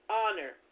honor